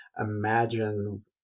imagine